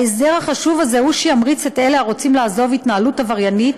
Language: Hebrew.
ההסדר החשוב הזה הוא שימריץ את אלה שרוצים לעזוב התנהלות עבריינית